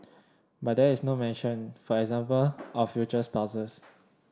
but there is no mention for example of future spouses